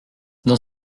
dans